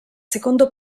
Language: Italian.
secondo